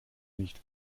nicht